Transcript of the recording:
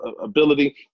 ability